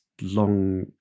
long